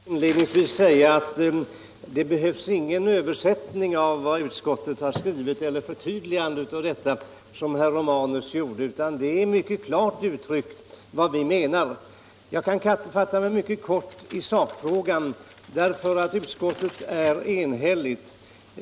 Herr talman! Jag vill inledningsvis säga att det inte behövs någon översättning eller något förtydligande av vad utskottet har skrivit, som herr Romanus talade om, utan där är mycket klart uttryckt vad vi menar. Jag kan fatta mig mycket kort i sakfrågan, eftersom utskottet är enhälligt.